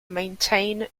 maintain